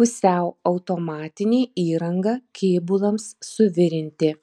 pusiau automatinė įranga kėbulams suvirinti